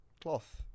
Cloth